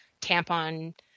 tampon